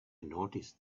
noticed